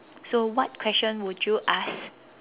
so what question would you ask